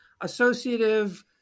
associative